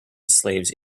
slaves